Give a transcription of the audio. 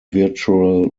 virtual